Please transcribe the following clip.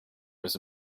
was